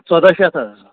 ژۄداہ شیٚتھ حظ